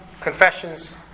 confessions